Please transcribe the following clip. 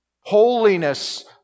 holiness